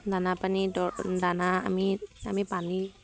দানা পানী দৰ দানা আমি আমি পানী